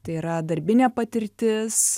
tai yra darbinė patirtis